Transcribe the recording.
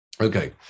Okay